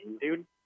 dude